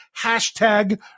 Hashtag